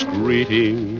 greeting